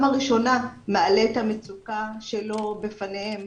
הראשונה מעלה את המצוקה שלו בפניהם.